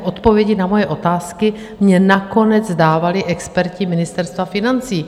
Odpovědi na moje otázky mi nakonec dávali experti Ministerstva financí.